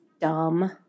dumb